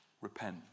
Repent